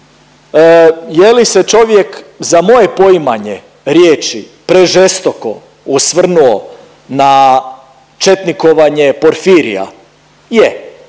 je li se čovjek za moje poimanje riječi prežestoko osvrnuo na četnikovanje Porfirija je